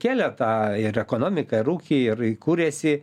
kėlė tą ir ekonomiką ir ūkį ir kurėsi